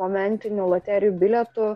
momentinių loterijų bilietų